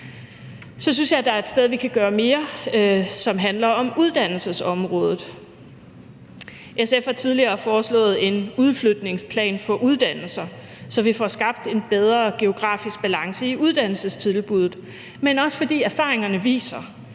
Så synes jeg, at der er et sted, hvor vi kan gøre mere, og som handler om uddannelsesområdet. SF har tidligere foreslået en udflytningsplan for uddannelser, så vi får skabt en bedre geografisk balance i uddannelsestilbuddet, men også fordi erfaringerne viser,